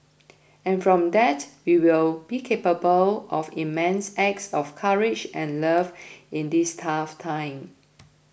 and from that we will be capable of immense acts of courage and love in this tough time